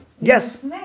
Yes